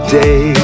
day